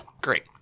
great